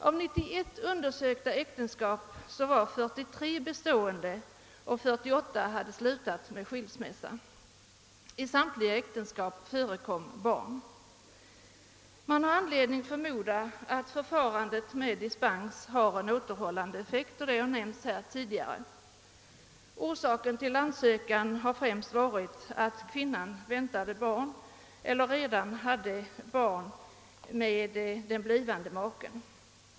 Av 91 undersökta äktenskap var 43 bestående medan 48 hade slutat med skilsmässa. I samtliga äktenskap förekom barn. Man har anledning förmoda att förfarandet med dispens, såsom tidigare nämnts i debatten, har en återhållande effekt. Orsaken till ansökan har främst varit att kvinnan väntar barn eller redan har barn med sin blivande make.